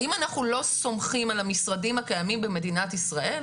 האם אנחנו לא סומכים על המשרדים הקיימים במדינת ישראל?